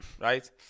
right